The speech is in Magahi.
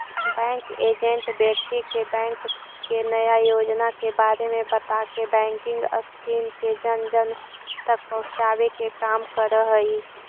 बैंक एजेंट व्यक्ति के बैंक के नया योजना के बारे में बताके बैंकिंग स्कीम के जन जन तक पहुंचावे के काम करऽ हइ